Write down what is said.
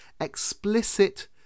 explicit